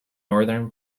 northern